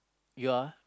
you are